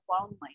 lonely